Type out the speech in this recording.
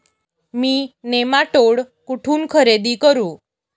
मी nematode कुठून खरेदी करू?